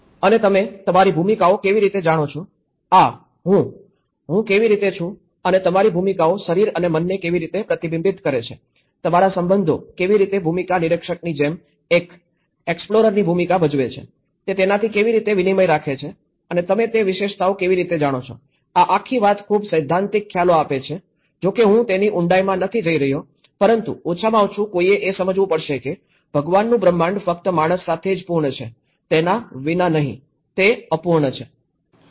અને તમે તમારી ભૂમિકાઓ કેવી રીતે જાણો છો આ હું હું કેવી રીતે છું અને તમારી ભૂમિકાઓ શરીર અને મનને કેવી રીતે પ્રતિબિંબિત કરે છે તમારા સંબંધો કેવી રીતે ભૂમિકા નિરીક્ષકની જેમ એક એક્સપ્લોરરની ભૂમિકા ભજવે છે તે તેનાથી કેવી રીતે વિનિમય રાખે છે અને તમે તે વિશેષતાઓ કેવી રીતે જાણો છો આ આખી વાત ખૂબ સૈદ્ધાંતિક ખ્યાલો આપે છે જો કે હું તેની ઊંડાઈમાં નથી જઈ રહ્યો પરંતુ ઓછામાં ઓછું કોઈએ એ સમજવું પડશે કે ભગવાનનું બ્રહ્માંડ ફક્ત માણસ સાથે જ પૂર્ણ છે તેમના વિના તે અપૂર્ણ છે